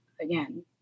again